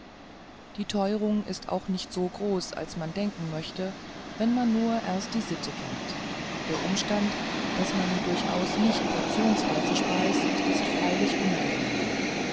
die teuerung ist auch nicht so groß als man denken möchte wenn man nur erst die sitte kennt der umstand daß man durchaus nicht portionsweise speist ist freilich unangenehm